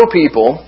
people